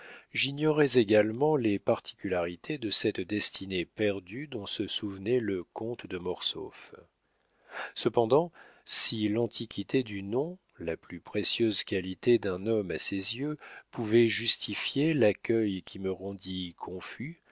j'ignorais également les particularités de cette destinée perdue dont se souvenait le comte de mortsauf cependant si l'antiquité du nom la plus précieuse qualité d'un homme à ses yeux pouvait justifier l'accueil qui me rendit confus